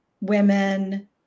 women